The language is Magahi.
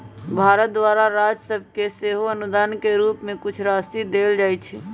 भारत द्वारा राज सभके सेहो अनुदान के रूप में कुछ राशि देल जाइ छइ